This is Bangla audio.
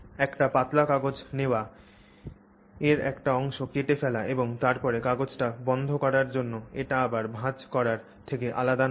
একটা পাতলা কাগজ নেওয়া এর একটি অংশ কেটে ফেলা এবং তারপরে কাগজটি বন্ধ করার জন্য এটি আবার ভাঁজ করার থেকে আলাদা নয়